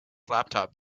laptop